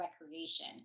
recreation